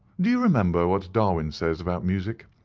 do you remember what darwin says about music?